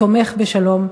תומך בשלום,